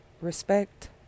respect